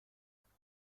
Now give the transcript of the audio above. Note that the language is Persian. نوشته